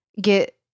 get